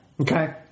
Okay